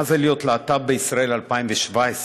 מה זה להיות להט"ב בישראל 2017,